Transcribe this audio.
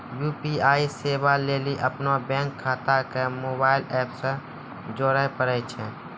UPI सेबा लेली अपनो बैंक खाता के मोबाइल एप से जोड़े परै छै